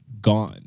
gone